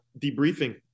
debriefing